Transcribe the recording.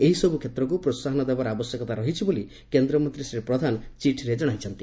ଏହିସବୁ କ୍ଷେତ୍ରକୁ ପ୍ରୋସାହନ ଦେବାର ଆବଶ୍ୟକତା ରହିଛି ବୋଲି କେନ୍ଦ୍ରମନ୍ତୀ ଶ୍ରୀ ପ୍ରଧାନ ଚିଠିରେ ଜଣାଇଛନ୍ତି